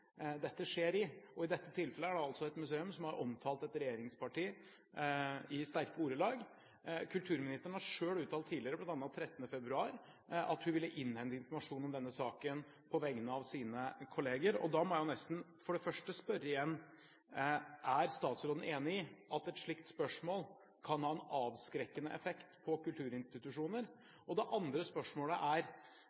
dette skjer i, og i dette tilfellet er det altså et museum som har omtalt et regjeringsparti i sterke ordelag. Kulturministeren har selv uttalt tidligere, bl.a. den 13. februar, at hun ville innhente informasjon om denne saken på vegne av sine kolleger. Da må jeg for det første spørre igjen: Er statsråden enig i at et slikt spørsmål kan ha en avskrekkende effekt på kulturinstitusjoner?